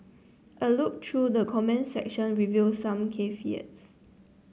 a look through the comments section revealed some caveat its